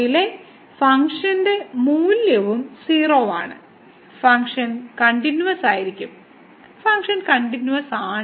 00 ലെ ഫംഗ്ഷൻ മൂല്യവും 0 ആണ് ഫംഗ്ഷൻ കണ്ടിന്യൂവസായിരിക്കും ഫംഗ്ഷൻ കണ്ടിന്യൂവസാണ്